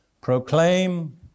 Proclaim